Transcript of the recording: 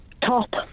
Top